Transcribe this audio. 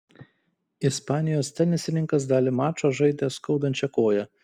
ispanijos tenisininkas dalį mačo žaidė skaudančia koja